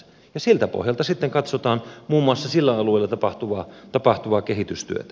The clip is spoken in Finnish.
ja siltä pohjalta sitten katsotaan muun muassa sillä alueella tapahtuvaa kehitystyötä